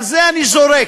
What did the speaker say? על זה אני זורק.